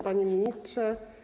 Panie Ministrze!